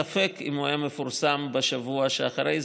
ספק אם הוא היה מפורסם בשבוע שאחרי זה,